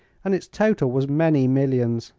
and its total was many millions.